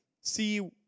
see